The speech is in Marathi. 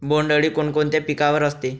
बोंडअळी कोणकोणत्या पिकावर असते?